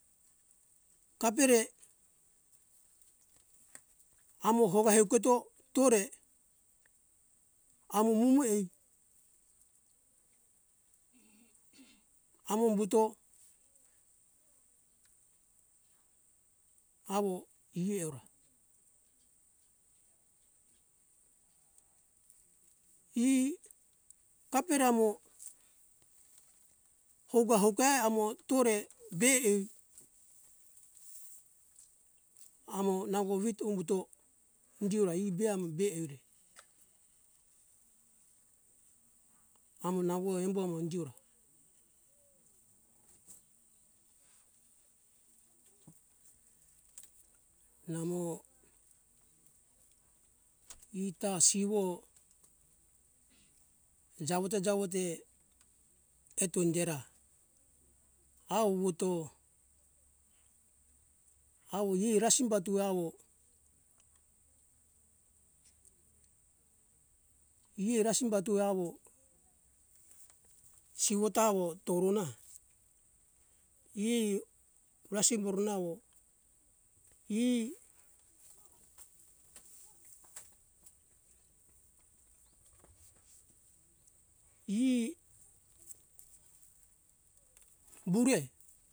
Kabere amo hova euketo tore amo mumu hei amo umbuto awo ihei ora he kapera mo houga augaya amo tore bei amo nango vito umbuto ingura e be amo be eore amo nango embo mo indiora namo ita siwo jawo te jawo te eto indera awuwuto awo e rasimbatu awo e rasimbatu awo siwo ta awo toruna e brasim oruna wo e e bumbe